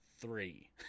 three